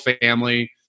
family